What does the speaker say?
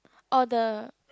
orh the